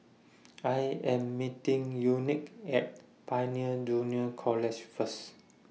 I Am meeting Unique At Pioneer Junior College First